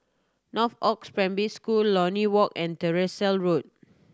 Northoaks Primary School Lornie Walk and Tyersall Road